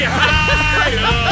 higher